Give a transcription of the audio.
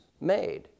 made